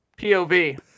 POV